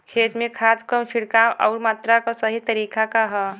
खेत में खाद क छिड़काव अउर मात्रा क सही तरीका का ह?